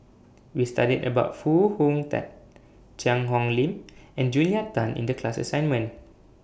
We studied about Foo Hong Tatt Cheang Hong Lim and Julia Tan in The class assignment